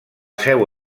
seu